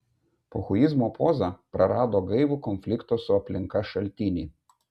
pochuizmo poza prarado gaivų konflikto su aplinka šaltinį